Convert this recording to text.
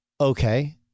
Okay